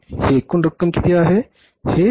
ही एकूण रक्कम किती आहे